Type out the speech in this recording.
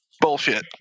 bullshit